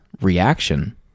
reaction